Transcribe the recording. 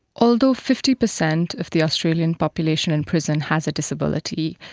although fifty percent of the australian population in prison has a disability,